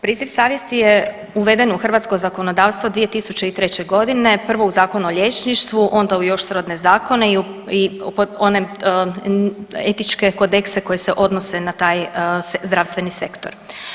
Priziv savjesti je uveden u hrvatsko zakonodavstvo 2003.g. prvo u Zakon o liječništvu, onda u još srodne zakone i one etičke kodekse koje se odnose na taj zdravstveni sektor.